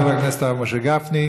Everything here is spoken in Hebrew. תודה לחבר הכנסת הרב משה גפני.